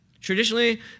Traditionally